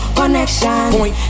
connection